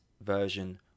version